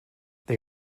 they